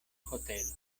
hotelo